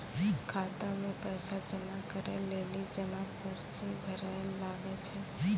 खाता मे पैसा जमा करै लेली जमा पर्ची भरैल लागै छै